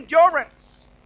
endurance